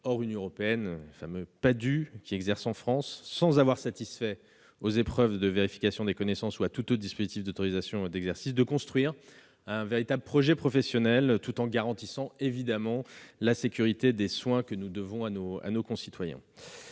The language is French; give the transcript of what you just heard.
hors Union européenne, les fameux Padhue, qui exercent en France sans avoir satisfait aux épreuves de vérification des connaissances ou à tout autre dispositif d'autorisation d'exercice, de construire un véritable projet professionnel tout en garantissant la sécurité des soins que nous devons à nos concitoyens.